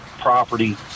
property